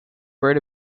wrote